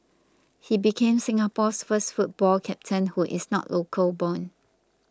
he became Singapore's first football captain who is not local born